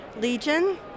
legion